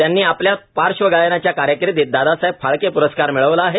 त्यांनी आपल्या पार्श्वगायनाच्या कारकिर्दीत दादासाहेब फाळके प्रस्कार मिळवला आहे